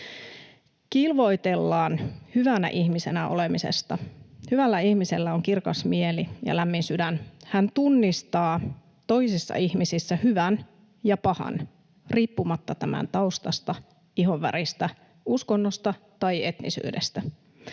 Kilvoitellaan hyvänä ihmisenä olemisesta. Hyvällä ihmisellä on kirkas mieli ja lämmin sydän. Hän tunnistaa toisissa ihmisissä hyvän ja pahan riippumatta tämän taustasta, ihonväristä, uskonnosta tai etnisyydestä.